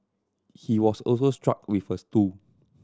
he was also struck with a stool